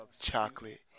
chocolate